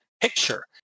picture